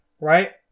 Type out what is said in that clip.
Right